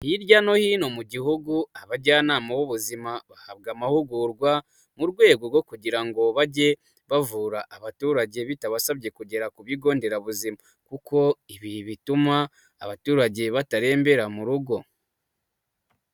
Hirya no hino mu gihugu abajyanama b'ubuzima bahabwa amahugurwa, mu rwego rwo kugira ngo bajye bavura abaturage bitabasabye kugera ku bigo nderabuzima, kuko ibi bituma abaturage batarembera mu rugo.